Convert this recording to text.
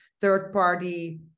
third-party